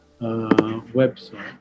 website